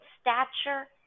stature